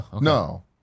No